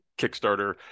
Kickstarter